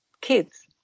kids